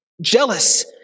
jealous